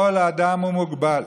כל אדם הוא מוגבל.